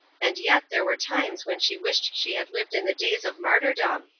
and yet there were times when she wished she had lived in the days of martyrdom!